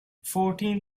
fourteen